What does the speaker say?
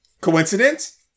Coincidence